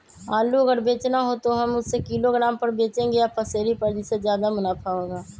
आलू अगर बेचना हो तो हम उससे किलोग्राम पर बचेंगे या पसेरी पर जिससे ज्यादा मुनाफा होगा?